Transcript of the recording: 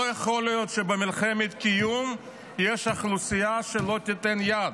לא יכול להיות שבמלחמת קיום יש אוכלוסייה שלא תיתן יד,